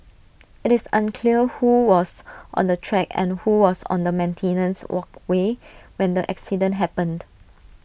IT is unclear who was on the track and who was on the maintenance walkway when the accident happened